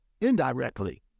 indirectly